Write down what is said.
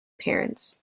parents